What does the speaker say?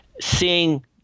Seeing